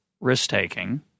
risk-taking